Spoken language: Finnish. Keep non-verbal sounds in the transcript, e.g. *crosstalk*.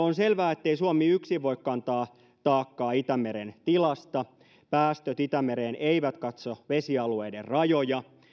*unintelligible* on selvää ettei suomi yksin voi kantaa taakkaa itämeren tilasta päästöt itämereen eivät katso vesialueiden rajoja